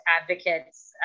advocates